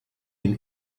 been